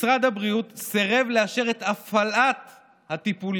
משרד הבריאות סירב לאשר את הפעלת הטיפולים,